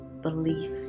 belief